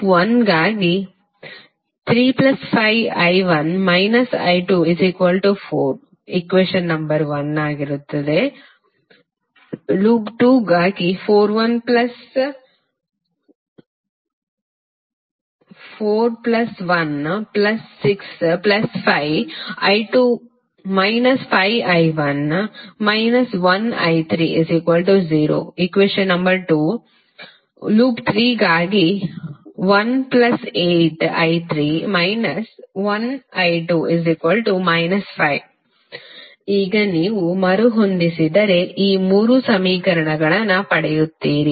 loop 1 ಗಾಗಿ 3 5I1 − I2 4 loop 2 ಗಾಗಿ 4 1 6 5I2 − I1 − I3 0 loop 3 ಗಾಗಿ 1 8I3 − I2 −5 ಈಗ ನೀವು ಮರುಹೊಂದಿಸಿದರೆ ಈ 3 ಸಮೀಕರಣಗಳನ್ನು ಪಡೆಯುತ್ತೀರಿ